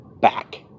back